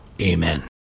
Amen